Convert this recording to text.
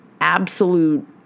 absolute